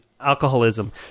alcoholism